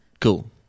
Cool